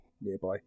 nearby